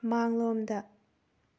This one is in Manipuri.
ꯃꯥꯡꯂꯣꯝꯗ